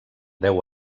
deu